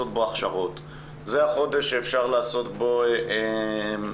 זה החודש שאפשר לעשות בו הכשרות,